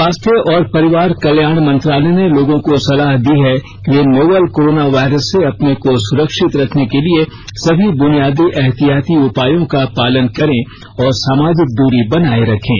स्वास्थ्य और परिवार कल्याण मंत्रालय ने लोगों को सलाह दी है कि वे नोवल कोरोना वायरस से अपने को सुरक्षित रखने के लिए सभी बुनियादी एहतियाती उपायों का पालन करें और सामाजिक दूरी बनाए रखें